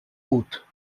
haute